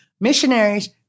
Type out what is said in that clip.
missionaries